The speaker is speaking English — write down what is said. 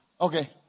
Okay